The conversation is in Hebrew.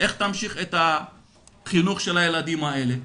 איך תמשיך את החינוך של הילדים האלה?